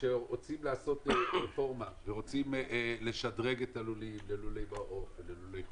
כשרוצים לעשות רפורמה ורוצים לדרג את הלולים ללולי מעוף וללולי חופש,